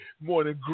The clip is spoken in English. morning